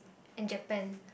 and Japan